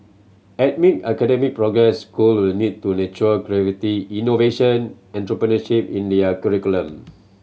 amid academic progress school will need to nurture creativity innovation and entrepreneurship in their curriculum